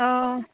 অঁ